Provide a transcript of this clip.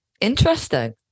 Interesting